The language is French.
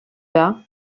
bas